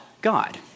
God